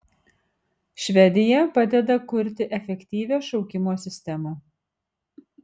švedija padeda kurti efektyvią šaukimo sistemą